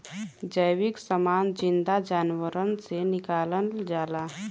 जैविक समान जिन्दा जानवरन से निकालल जाला